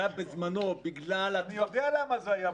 זה היה בזמנו בגלל --- אני יודע למה זה היה,